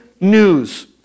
news